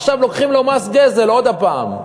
עכשיו לוקחים לו מס גזל עוד הפעם.